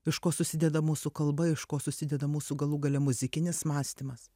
iš ko susideda mūsų kalba iš ko susideda mūsų galų gale muzikinis mąstymas